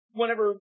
whenever